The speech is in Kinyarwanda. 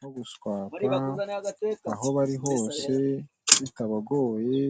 no guswapa aho bari hose bitabagoye.